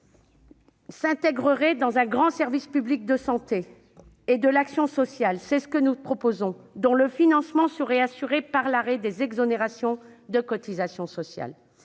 intégré dans un grand service public de santé et de l'action sociale, dont le financement serait assuré par l'arrêt des exonérations de cotisations sociales